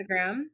instagram